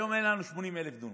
היום אין לנו 80,000 דונם.